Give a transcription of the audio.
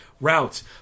routes